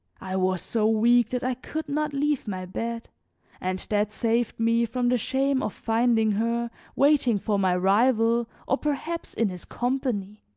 i was so weak that i could not leave my bed and that saved me from the shame of finding her waiting for my rival or perhaps in his company.